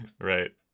Right